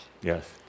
Yes